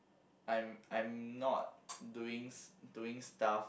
I'm I'm not doing s~ doing stuff